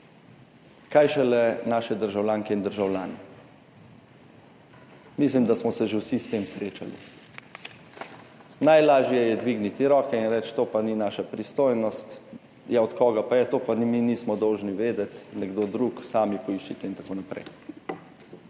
kaj šele naše državljanke in državljani. Mislim, da smo se že vsi srečali s tem. Najlažje je dvigniti roke in reči, to pa ni naša pristojnost. Od koga pa je? To pa mi nismo dolžni vedeti, nekdo drug, sami poiščite in tako naprej.